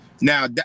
Now